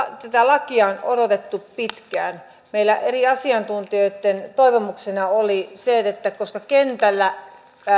tätä lakia on odotettu pitkään meillä eri asiantuntijoitten toivomukset liittyivät siihen että kentällä